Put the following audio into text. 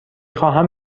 خواهم